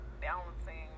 balancing